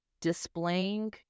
displaying